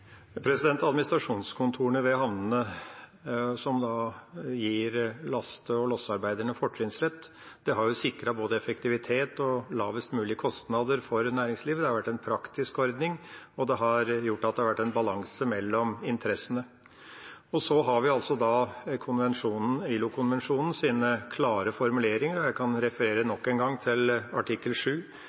Administrasjonskontorene ved havnene, som gir laste- og lossearbeiderne fortrinnsrett, har sikret både effektivitet og lavest mulig kostnader for næringslivet. Det har vært en praktisk ordning, og det har gjort at det har vært en balanse mellom interessene. Så har vi altså da ILO-konvensjonens klare formuleringer. Jeg kan referere nok en gang til artikkel